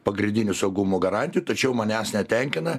pagrindinių saugumo garantijų tačiau manęs netenkina